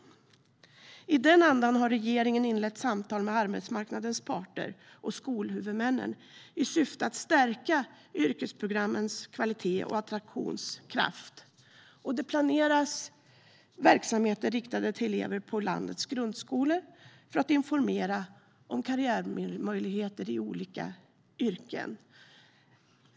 I den andan har regeringen inlett samtal med arbetsmarknadens parter och skolhuvudmännen i syfte att stärka yrkesprogrammens kvalitet och attraktionskraft. Det planeras verksamheter riktade till elever på landets grundskolor för att informera om karriärmöjligheter i olika yrken.